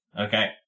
Okay